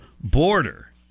border